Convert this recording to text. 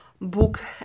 book